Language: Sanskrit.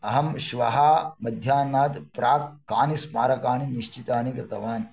अहं श्वः मध्याह्नात् प्राक् कानि स्मारकानि निश्चितानि कृतवान्